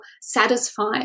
satisfied